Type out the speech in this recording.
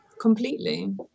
completely